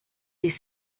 des